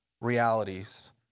realities